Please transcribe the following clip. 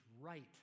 right